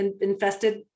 infested